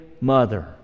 mother